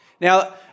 Now